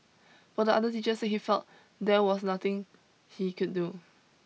but the others teacher said he felt there was nothing he could do